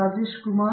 Rajesh Kumar